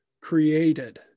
created